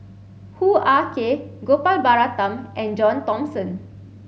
Hoo Ah Kay Gopal Baratham and John Thomson